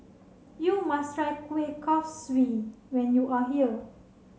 you must try Kuih Kaswi when you are here